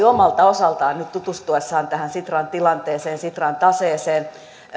omalta osaltaan nyt tutustuessaan sitran tilanteeseen sitran taseeseen